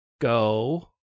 Go